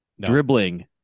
dribbling